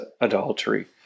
adultery